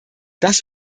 das